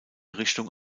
richtung